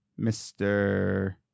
Mr